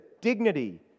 dignity